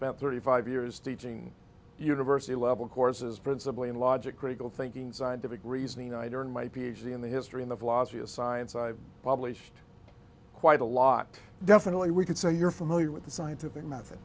about thirty five years teaching university level courses principally in logic critical thinking scientific reasoning either in my ph d in the history in the philosophy of science i've probably quite a lot definitely we can say you're familiar with the scientific method